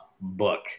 book